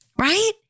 right